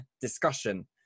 discussion